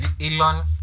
Elon